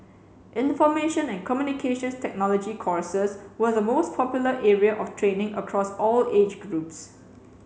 information and Communications Technology courses were the most popular area of training across all age groups